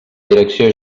direcció